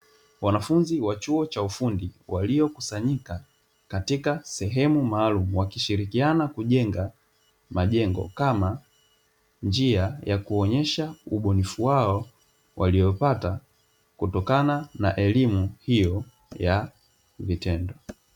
Wanafunzi wa chuo cha ufundi waliokusanyika katika sehemu maalumu wakishirikiana kujenga majengo, kama njia ya kuonyesha ubunifu wao waliopata kutokana na elimu hiyo ya vitendo.